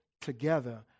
together